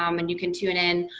um and you can tune in,